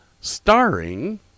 Starring